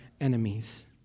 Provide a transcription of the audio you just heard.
enemies